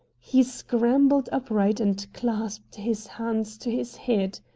he scrambled upright and clasped his hands to his head.